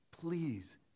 please